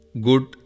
good